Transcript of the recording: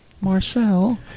Marcel